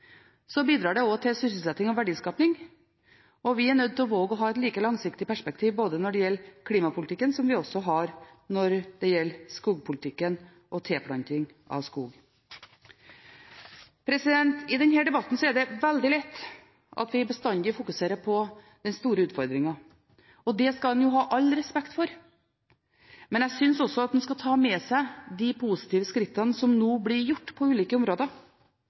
bidrar også til sysselsetting og verdiskaping, og vi er nødt til å våge å ha et like langsiktig perspektiv når det gjelder klimapolitikken, som vi også har når det gjelder skogpolitikken og tilplanting av skog. I denne debatten er det veldig lett at vi bestandig fokuserer på den store utfordringen, og det skal en ha all respekt for. Men jeg synes også at en skal ta med seg de positive skrittene som nå blir tatt på ulike områder.